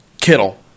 Kittle